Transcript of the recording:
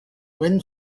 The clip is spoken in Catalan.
vent